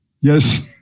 yes